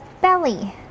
belly